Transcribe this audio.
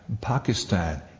Pakistan